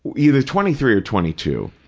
either twenty three or twenty two,